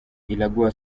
iraguha